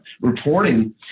reporting